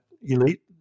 elite